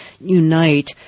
unite